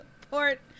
support